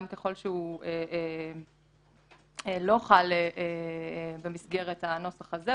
גם ככל שהוא לא חל במסגרת הנוסח הזה,